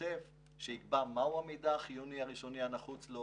שוטף; שיקבע מהו המידע החיוני הראשוני הנחוץ לו,